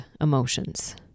emotions